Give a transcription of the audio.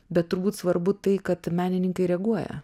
bet turbūt svarbu tai kad menininkai reaguoja